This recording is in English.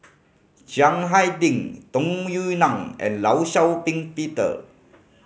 Chiang Hai Ding Tung Yue Nang and Law Shau Ping Peter